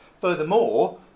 Furthermore